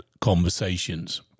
conversations